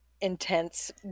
intense